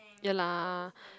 ya lah